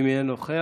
אם יהיה נוכח.